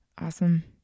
Awesome